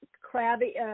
crabby